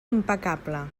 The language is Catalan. impecable